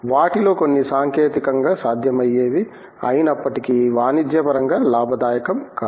వాటిలో కొన్ని సాంకేతికంగా సాధ్యమయ్యేవి అయినప్పటికీ వాణిజ్యపరంగా లాభదాయకం కావు